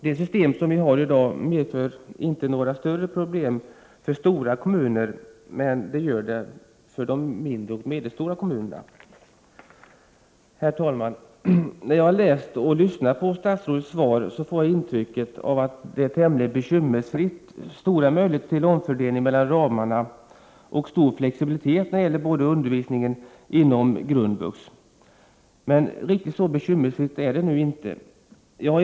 Det system som vi har i dag medför inte några större problem för de stora kommunerna, men det gör det för de mindre och medelstora kommunerna. Herr talman! När jag läste och lyssnade till statsrådets svar, fick jag intrycket av att det är tämligen bekymmersfritt och att det finns stora möjligheter till omfördelning mellan ramarna och stor flexibilitet när det gäller undervisningen inom grundvux. Riktigt så bekymmersfritt är det nu emellertid inte.